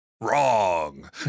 Wrong